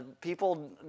people